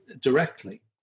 directly